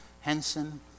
Henson